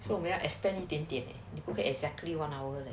so 我们要 extend 一点点不可以 like exactly one hour